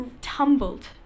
tumbled